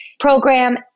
program